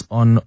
on